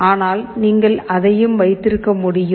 ஆனால் நீங்கள் அதையும் வைத்திருக்க முடியும்